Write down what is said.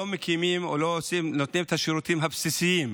לא מקימות או לא נותנות את השירותים הבסיסיים